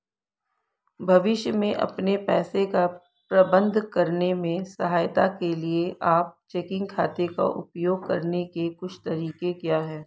भविष्य में अपने पैसे का प्रबंधन करने में सहायता के लिए आप चेकिंग खाते का उपयोग करने के कुछ तरीके क्या हैं?